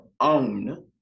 own